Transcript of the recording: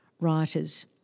writers